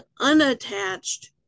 unattached